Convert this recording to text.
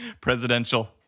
Presidential